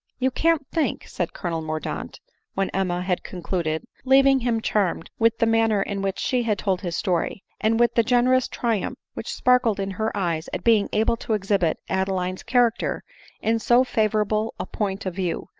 you can't think, said colonel mordaunt when emma had concluded, leaving him charmed with the manner in which she had told his story, and with the generous triumph which sparkled in her eyes at being able to exhibit adeline's character in so favorable a point of view,